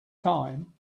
time